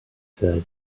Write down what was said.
said